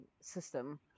system